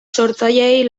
sortzaileei